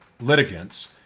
litigants